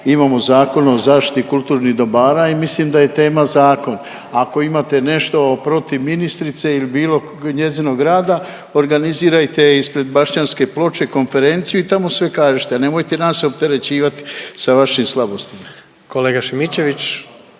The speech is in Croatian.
imamo Zakon o zaštiti kulturnih dobara i mislim da je tema zakon. Ako imate nešto protiv ministrice ili bilo njezinog rada organizirajte ispred Bašćanske ploče konferenciju i tamo sve kažite. Nemojte nas opterećivati sa vašim slabostima. **Jandroković,